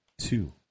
two